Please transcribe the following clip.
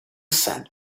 sand